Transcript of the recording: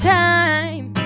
time